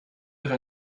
ihre